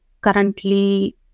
currently